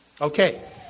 Okay